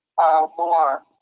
more